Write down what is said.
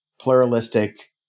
pluralistic